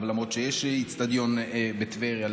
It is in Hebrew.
יש אצטדיון בטבריה,